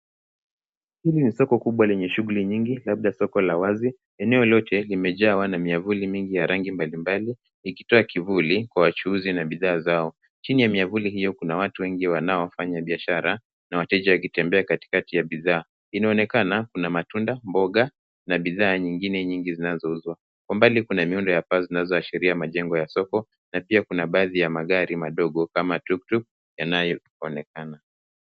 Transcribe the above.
Hili ni soko kubwa lenye shughuli nyingi labda soko la wazi. Eneo lote limejawa na miavuli ya rangi mbalimbali ikitoa kivuli kwa wachuuzi na bidhaa zao. Chini ya miavuli hiyo kuna watu wengi wanaofanya biashara na wateja wakitembea katikati ya bidhaa. Inaonekana kuna matunda, mboga, na bidhaa nyingine nyingi zinazouzwa. Kwa mbali kuna miundo ya paa zinazoashiria majengo ya soko na pia kuna baadhi ya magari madogo kama tuktuk yanayoonekana.